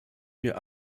wir